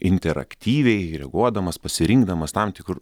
interaktyviai reaguodamas pasirinkdamas tam tikr